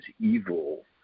evil